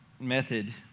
method